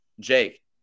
Jake